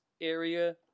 area